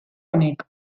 honek